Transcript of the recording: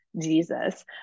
Jesus